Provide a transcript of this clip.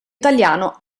italiano